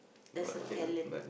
there's a talent